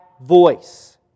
voice